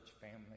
family